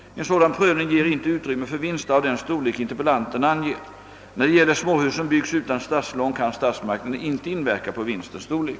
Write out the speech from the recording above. En sådan prövning ger inte utrymme för vinster av den storlek interpellanten anger. När det gäller småhus som byggs utan statslån kan statsmakterna inte inverka på vinstens storlek.